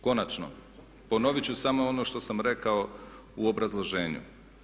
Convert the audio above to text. Konačno, ponovit ću samo ono što sam rekao u obrazloženju.